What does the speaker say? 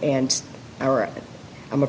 and or i'm a